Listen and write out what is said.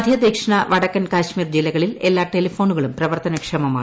മധ്യ ദക്ഷിണ വടക്കൻ കശ്മീർ ജില്ലകളിൽ എല്ലാ ടെലിഫോണുകളും പ്രവർത്തന ക്ഷമമാണ്